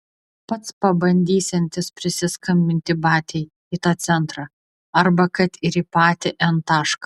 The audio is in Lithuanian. pats pabandysiantis prisiskambinti batiai į tą centrą arba kad ir į patį n tašką